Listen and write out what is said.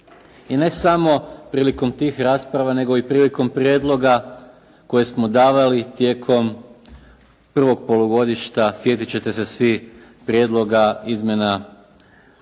I ne samo prilikom tih rasprava, nego i prilikom prijedloga koje smo davali tijekom prvog polugodišta sjetit ćete se svi prijedloga izmjena